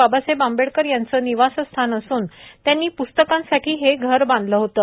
बाबासाहेब आंबेडकर यांचे निवासस्थान असून त्यांनी प्स्तकांसाठी हे घर बांधलं होतं